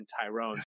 Tyrone